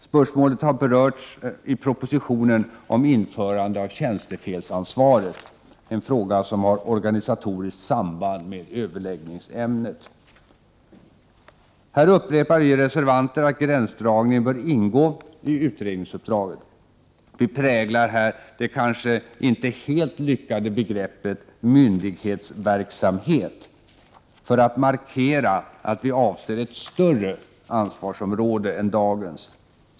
Spörsmålet har berörts i propositionen om införande av tjänstefelsansvaret, en fråga som har organiskt samband med överläggningsämnet. Här upprepar vi reservanter att gränsdragningen bör ingå i utredningsuppdraget. Vi präglar här det kanske inte helt lyckade begreppet ”myndighetsverksamhet”, för att markera att vi avser ett större ansvarsområde än dagens.